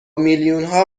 میلیونها